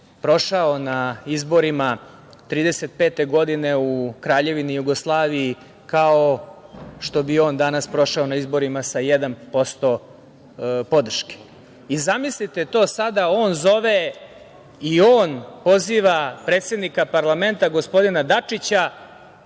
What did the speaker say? prošao na izborima 1935. godine u Kraljevini Jugoslaviji kao što bi on danas prošao na izborima sa 1% podrške. I, zamislite do sada on zove i on poziva predsednika parlamenta gospodina Dačića